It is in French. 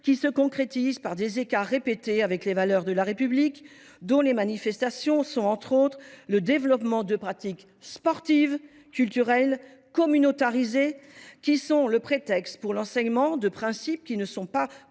qui se concrétise par des écarts répétés avec les valeurs de la République, […] dont les manifestations sont […] le développement de pratiques sportives, culturelles communautarisées qui sont le prétexte pour l’enseignement de principes qui ne sont pas